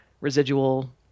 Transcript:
residual